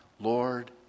Lord